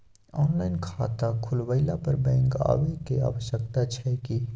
Online खाता खुलवैला पर बैंक आबै के आवश्यकता छै की?